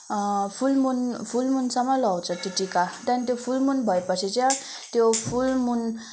फुल moon full मुनसम्म लगाउँछ त्यो टिका त्यहाँदेखि त्यो फुल मुन भएपछि चाहिँ त्यो फुल मुन